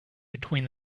between